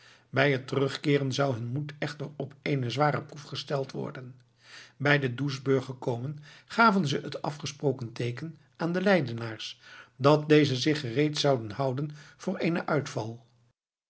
bij het terugkeeren zou hun moed echter op eene zware proef gesteld worden bij de doesbrug gekomen gaven ze het afgesproken teeken aan de leidenaars dat dezen zich gereed zouden houden tot eenen uitval